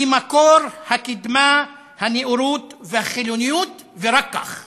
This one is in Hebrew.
כמקור הקדמה, הנאורות והחילוניות, ורק כך